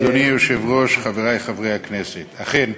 אדוני היושב-ראש, חברי חברי הכנסת, אכן,